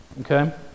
okay